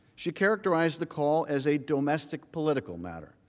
she characterized the call as a domestic political matter.